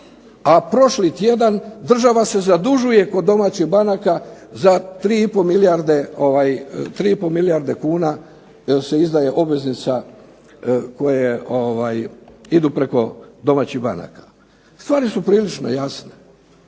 A prošli tjedan država se zadužuje kod domaćih banaka za 3,5 milijarde kuna se izdaje obveznica koje idu preko domaćih banaka, stvari su prilično jasne,